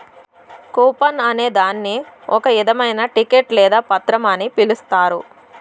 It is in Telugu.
కూపన్ అనే దాన్ని ఒక ఇధమైన టికెట్ లేదా పత్రం అని పిలుత్తారు